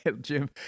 Jim